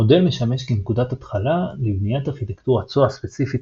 המודל משמש כנקודת התחלה לבניית ארכיטקטורת SOA ספציפית